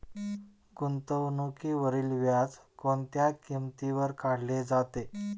गुंतवणुकीवरील व्याज कोणत्या किमतीवर काढले जाते?